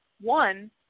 one